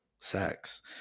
sex